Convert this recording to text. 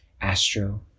Astro